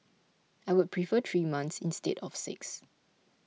I would prefer three months instead of six